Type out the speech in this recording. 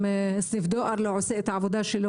אם סניף דואר לא עושה את העבודה שלו